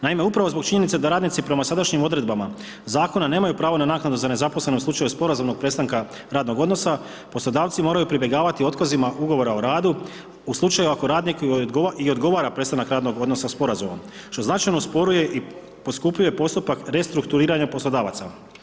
Naime, upravo zbog činjenice da radnici prema sadašnjim odredbama zakona nemaju pravo na naknadu za nezaposlene u slučaju sporazumnog prestanka radnog odnosa poslodavci moraju pribjegavati otkazima ugovora o radu u slučaju ako radniku i odgovara prestanak radnog odnosa sporazumom što značajno usporava i poskupljuje postupak restrukturiranja poslodavaca.